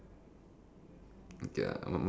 let's say find some kind of sword